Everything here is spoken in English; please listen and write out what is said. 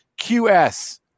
QS